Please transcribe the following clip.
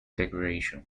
decoration